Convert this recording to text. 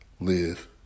live